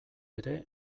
ere